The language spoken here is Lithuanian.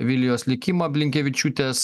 vilijos likimą blinkevičiūtės